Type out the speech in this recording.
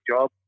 job